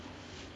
uh